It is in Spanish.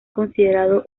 considerado